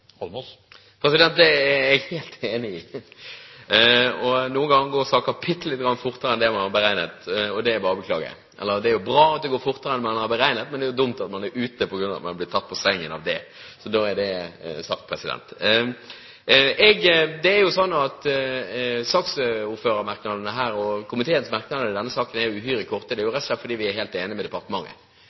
Det er jeg helt enig i. Noen ganger går sakene lite grann fortere enn det man har beregnet, og det er bare å beklage. Eller: Det er jo bra at det går fortere enn man har beregnet, men det er jo dumt at man er ute og blir tatt på sengen på grunn av det. Så da er det sagt. Komiteens merknader i denne saken er uhyre korte, og det er rett og slett fordi vi er helt enige med departementet. Her foreligger det et godt forslag fra regjeringen. Det er noe vi må gjøre, og det er